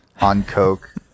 on-coke